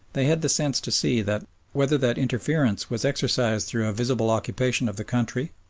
they had the sense to see that whether that interference was exercised through a visible occupation of the country,